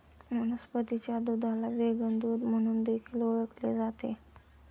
वनस्पतीच्या दुधाला व्हेगन दूध म्हणून देखील ओळखले जाते